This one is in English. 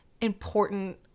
important